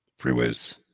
freeways